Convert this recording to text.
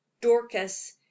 Dorcas